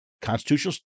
constitutional